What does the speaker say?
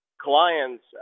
clients